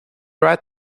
right